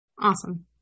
Awesome